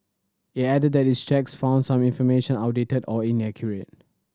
it added that its checks found some information outdated or inaccurate